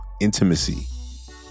Intimacy